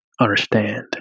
understand